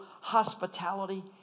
hospitality